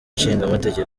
nshingamateka